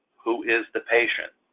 who is the patient,